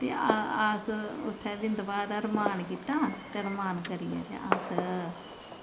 ते अस उत्थें बिंद हारा रमान कीता ते रमान करियै अस